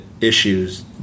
issues